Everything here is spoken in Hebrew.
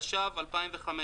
התשע"ו-2015,